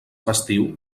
festiu